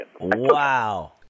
Wow